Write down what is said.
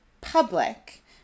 public